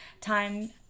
time